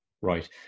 right